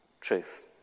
truth